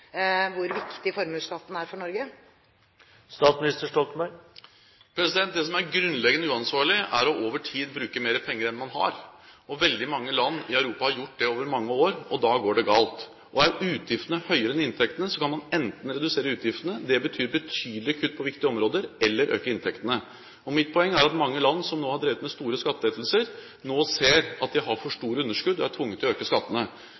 hvor viktig formuesskatten er for Norge? Det som er grunnleggende uansvarlig, er over tid å bruke mer penger enn man har. Veldig mange land i Europa har gjort det over mange år, og da går det galt. Er utgiftene høyere enn inntektene, kan man enten redusere utgiftene – det betyr betydelige kutt på viktige områder – eller øke inntektene. Mitt poeng er at mange land som har drevet med store skattelettelser, nå ser at de har for store underskudd og er tvunget til å øke skattene.